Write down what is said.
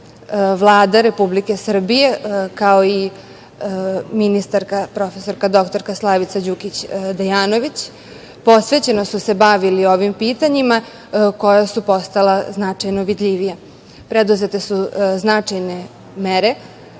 Vlada Republike Srbije, kao i ministarka prof. dr Slavica Đukić Dejanović posvećeno su se bavili ovim pitanjima koja su postala značajno vidljivija. Preduzete su značajne mere.